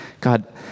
God